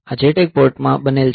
આ JTAG પોર્ટમાં બનેલ છે